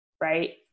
Right